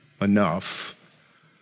enough